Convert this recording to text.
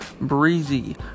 Breezy